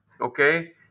Okay